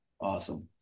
awesome